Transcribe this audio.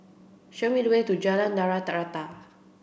show me the way to Jalan Tanah Rata